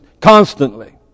constantly